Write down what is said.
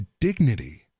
dignity